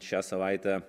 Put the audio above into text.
šią savaitę